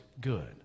good